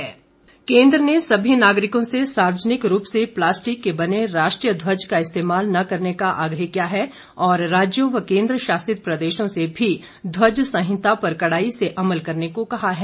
गृह मंत्रालय ध्वज केन्द्र ने सभी नागरिकों से सार्वजनिक रूप से प्लास्टिक के बने राष्ट्रीय ध्वज का इस्तेमाल न करने का आग्रह किया है और राज्यों तथा केन्द्र शासित प्रदेशों से भी ध्वज संहिता पर कड़ाई से अमल करने को कहा है